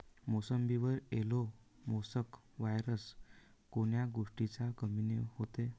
मोसंबीवर yellow mosaic virus कोन्या गोष्टीच्या कमीनं होते?